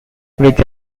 which